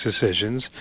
decisions